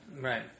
Right